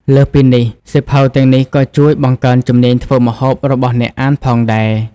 លើសពីនេះ សៀវភៅទាំងនេះក៏ជួយ បង្កើនជំនាញធ្វើម្ហូប របស់អ្នកអានផងដែរ។